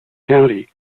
county